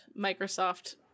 microsoft